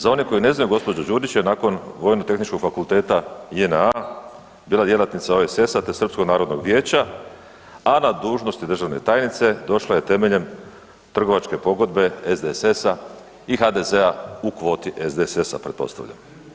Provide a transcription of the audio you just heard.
Za one koji ne znaju, gđa. Đurić je nakon Vojno-tehničkog fakulteta JNA bila djelatnica OESS-a, te Srpskog narodnog vijeća, a na dužnosti državne tajnice došla je temeljem trgovačke pogodbe SDSS-a i HDZ-a u kvoti SDSS-a pretpostavljam.